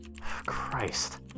Christ